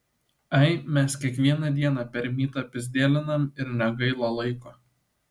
ai mes kiekvieną dieną per mytą pyzdėlinam ir negaila laiko